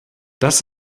das